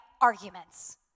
arguments